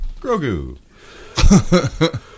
Grogu